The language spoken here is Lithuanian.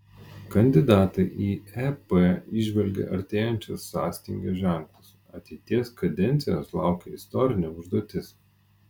kandidatai į ep įžvelgė artėjančio sąstingio ženklus ateities kadencijos laukia istorinė užduotis